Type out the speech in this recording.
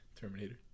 Terminator